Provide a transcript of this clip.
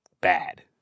bad